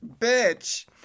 bitch